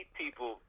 people